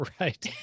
Right